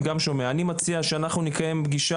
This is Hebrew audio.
מציע שאנחנו נקיים פגישה,